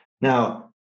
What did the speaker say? Now